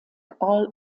all